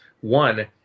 One